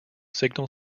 signal